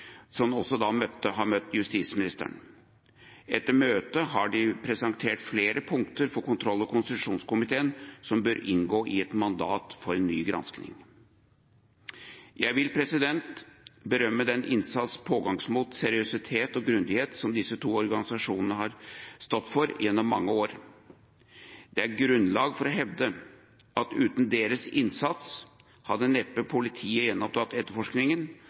som også har møtt justisministeren. Etter møtet har de presentert flere punkter for kontroll- og konstitusjonskomiteen som bør inngå i et mandat for ny gransking. Jeg vil berømme den innsats, pågangsmot, seriøsitet og grundighet som disse to organisasjonene har stått for gjennom mange år. Det er grunnlag for å hevde at uten deres innsats, hadde politiet neppe gjenopptatt etterforskningen,